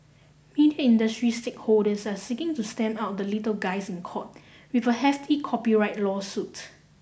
media industry stakeholders are seeking to stamp out the little guys in court with a hefty copyright lawsuit